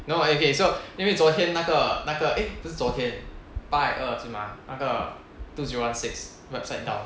no okay so 因为昨天那个那个 eh 不是昨天拜二是吗那个 two zero one six website down